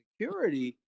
security